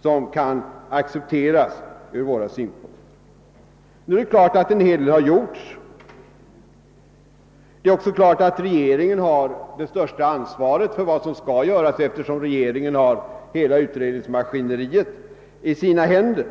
som kan accepteras. Det är klart att en hel del har gjorts, och det är också klart att regeringen har det största ansvaret för vad som skall göras, eftersom den har hela utredningsmaskineriet i sina händer.